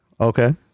Okay